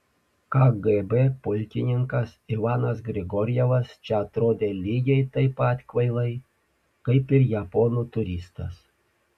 kgb pulkininkas ivanas grigorjevas čia atrodė lygiai taip pat kvailai kaip ir japonų turistas